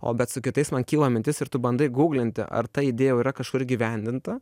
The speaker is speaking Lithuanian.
o bet su kitais man kyla mintis ir tu bandai gūglinti ar ta idėja jau yra kažkur įgyvendinta